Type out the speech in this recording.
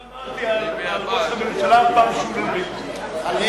אני לא אמרתי על ראש הממשלה פעם, חלילה.